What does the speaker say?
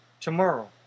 tomorrow